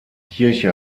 kirche